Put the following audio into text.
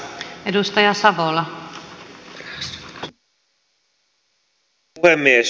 arvoisa rouva puhemies